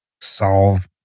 solve